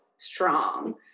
Strong